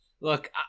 look